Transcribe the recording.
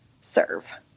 serve